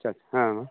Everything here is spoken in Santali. ᱟᱪᱪᱷᱟ ᱦᱮᱸ